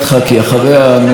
ושל ראשת האופוזיציה.